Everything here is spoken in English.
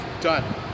done